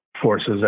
forces